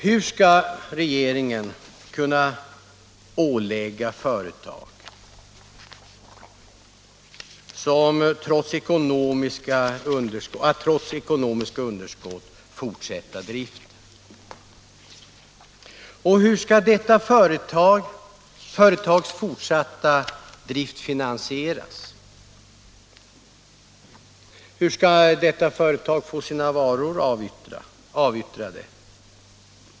Hur skall regeringen kunna ålägga ett företag att, trots ekonomiska underskott, fortsätta driften? Och hur skall detta företags fortsatta drift finansieras?